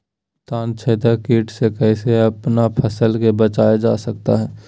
तनाछेदक किट से कैसे अपन फसल के बचाया जा सकता हैं?